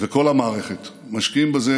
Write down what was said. וכל המערכת משקיעים בזה